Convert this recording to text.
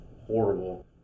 horrible